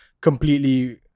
completely